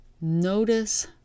Notice